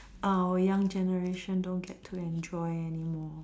our young generation won't get to enjoy anymore